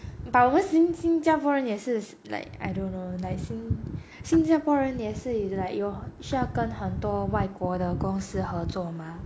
but 我们新新加坡人也是 like I don't know like 新新加坡人也是 like 有需要跟很多外国的公司合作吗